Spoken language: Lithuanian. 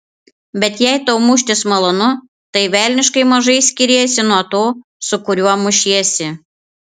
bet jei tau muštis malonu tai velniškai mažai skiriesi nuo to su kuriuo mušiesi